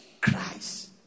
Christ